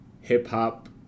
hip-hop